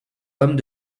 pommes